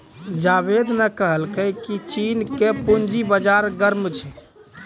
जावेद ने कहलकै की चीन के पूंजी बाजार गर्म छै